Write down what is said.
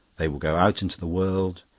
they will go out into the world,